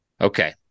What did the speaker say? Okay